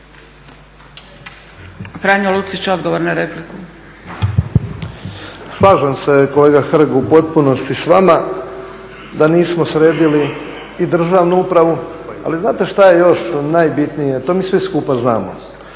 Franjo Lucić, odgovor na repliku. **Lucić, Franjo (HDZ)** Slažem se kolega Hrg u potpunosti s vama da nismo sredili i državnu upravu. Ali znate šta je još najbitnije, to mi svi skupa znamo.